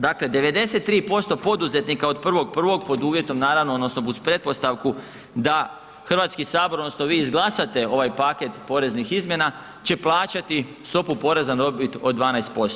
Dakle, 93% poduzetnika od 1.1. pod uvjetom naravno odnosno uz pretpostavku da Hrvatski sabor odnosno vi izglasate ovaj paket poreznih izmjena će plaćati stopu poreza na dobit od 12%